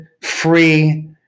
free